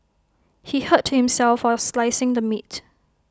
he hurt himself while slicing the meat